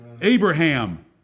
Abraham